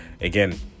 Again